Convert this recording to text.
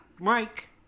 Mike